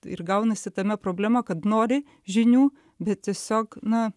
ir gaunasi tame problema kad nori žinių bet tiesiog na